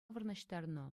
вырнаҫтарнӑ